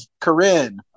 Corinne